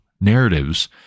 narratives